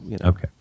okay